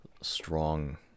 strong